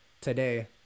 today